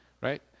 right